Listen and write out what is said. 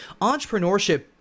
entrepreneurship